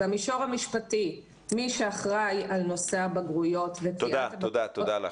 במישור המשפטי מי שאחראי על נושא הבגרויות -- תודה לך,